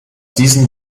diesen